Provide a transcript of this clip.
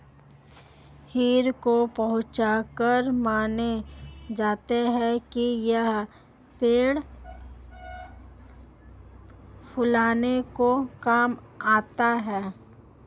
हींग को पाचक माना जाता है कि यह पेट फूलने को कम करता है